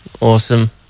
Awesome